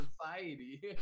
society